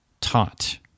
taught